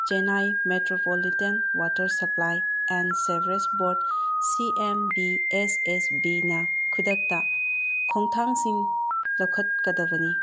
Chennai metropolitan water supply and sewerage board C M B S S ꯕꯤꯅ ꯈꯨꯗꯛꯇ ꯈꯣꯡꯊꯥꯡꯁꯤꯡ ꯂꯧꯈꯠꯀꯗꯕꯅꯤ